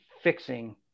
Fixing